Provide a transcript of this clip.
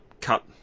cut